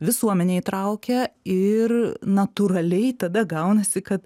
visuomenė įtraukia ir natūraliai tada gaunasi kad